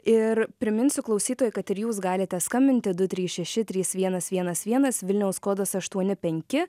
ir priminsiu klausytojui kad ir jūs galite skambinti du trys šeši trys vienas vienas vienas vilniaus kodas aštuoni penki